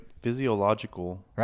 physiological